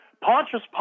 Pontius